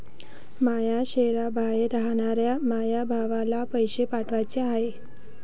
माया शैहराबाहेर रायनाऱ्या माया भावाला पैसे पाठवाचे हाय